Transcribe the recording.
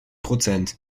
prozent